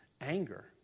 anger